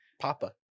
Papa